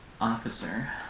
officer